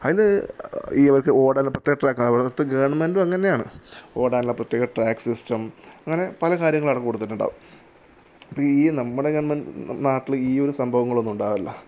അതിനു ഈ അവർക്ക് ഓടാനുള്ള പ്രത്യേക ട്രാക് അവിടത്തെ ഗവർമെൻറ്റും അങ്ങനെ ആണ് ഓടാനുള്ള പ്രത്യേക ട്രാക്ക് സിസ്റ്റം അങ്ങനെ പല കാര്യങ്ങൾ അവിടെ കൊടുത്തിട്ടുണ്ടാവും ഇപ്പോൾ ഈ നമ്മുടെ ഗവൺ നമ്മുടെ നാട്ടിൽ ഈ ഒരു സംഭവങ്ങളൊന്നുണ്ടാവില്ല